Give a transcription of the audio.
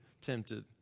tempted